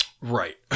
Right